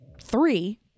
three